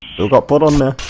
build up along the